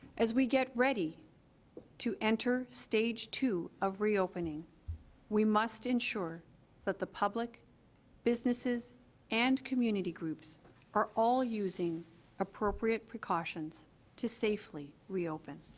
as we get ready to enter stage two of reopening we must ensure that the public businesses and community groups are all using appropriate precautions to safely reopen